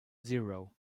zero